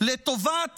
לטובת